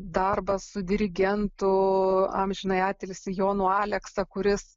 darbas su dirigentu amžinąjį atilsį jonu aleksa kuris